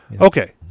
Okay